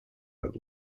but